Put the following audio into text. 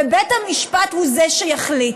ובית המשפט הוא זה שיחליט.